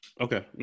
Okay